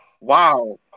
Wow